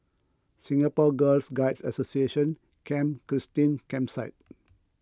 Singapore Girl Guides Association Camp Christine Campsite